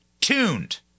tuned